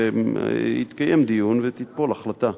התקיים דיון, ותיפול החלטה